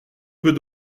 peut